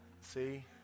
See